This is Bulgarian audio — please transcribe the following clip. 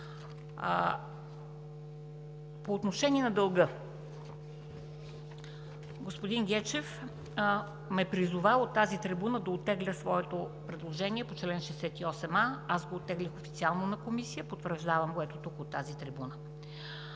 По отношение на дълга – господин Гечев ме е призовал от тази трибуна да оттегля своето предложение по чл. 68а – аз го оттеглих официално на Комисия, потвърждавам го ето тук, от тази трибуна,